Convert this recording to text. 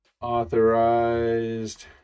authorized